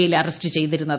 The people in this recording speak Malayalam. യിൽ അറസ്റ്റ് ചെയ്തിരുന്നു